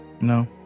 No